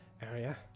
area